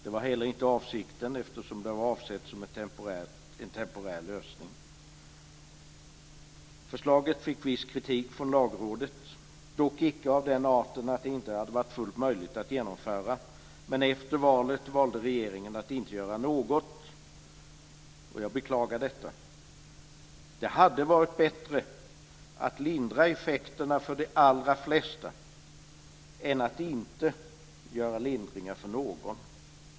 Det var heller inte avsikten, eftersom det var avsett som en temporär lösning. Förslaget fick viss kritik från lagrådet, dock icke av den arten att det inte hade varit fullt möjligt att genomföra. Men efter valet valde regeringen att inte göra något. Jag beklagar detta. Det hade varit bättre att lindra effekterna för de allra flesta än att inte göra lindringar för någon.